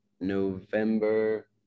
November